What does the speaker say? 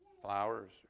Flowers